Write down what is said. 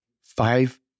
five